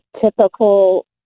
typical